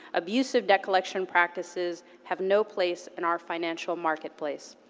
abusive debt collection practices have no place in our financial marketplace.